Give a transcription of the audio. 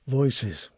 voices